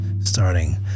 starting